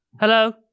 Hello